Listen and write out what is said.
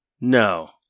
No